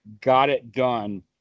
got-it-done